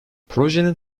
projenin